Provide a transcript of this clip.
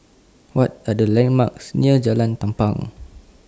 What Are The landmarks near Jalan Tampang